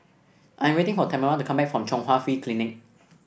I 'm waiting for Tamera to come back from Chung Hwa Free Clinic